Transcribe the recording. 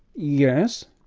yes.